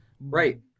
Right